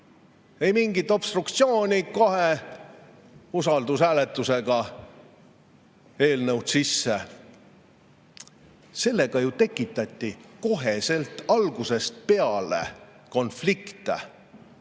Ei mingit obstruktsiooni, [anname] kohe usaldushääletusega eelnõud sisse. Sellega ju tekitati kohe algusest peale konflikt.